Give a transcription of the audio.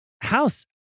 House